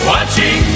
Watching